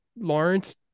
Lawrence